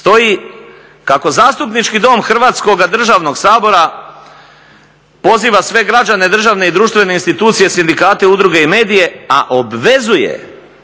stoji kako Zastupnički dom Hrvatskoga državnog sabora poziva sve građane, državne i društvene institucije, sindikate, udruge i medije, a obvezuje